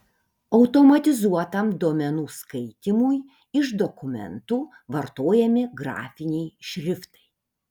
automatizuotam duomenų skaitymui iš dokumentų vartojami grafiniai šriftai